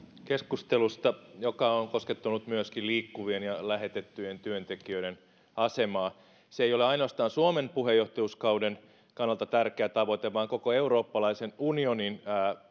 keskustelusta joka on koskettanut myöskin liikkuvien ja lähetettyjen työntekijöiden asemaa se ei ole ainoastaan suomen puheenjohtajuuskauden kannalta tärkeä tavoite vaan koko eurooppalaisen unionin